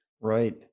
Right